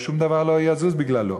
ושום דבר לא יזוז בגללו.